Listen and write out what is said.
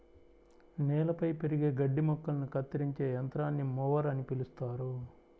నేలపై పెరిగే గడ్డి మొక్కలను కత్తిరించే యంత్రాన్ని మొవర్ అని పిలుస్తారు